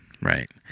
right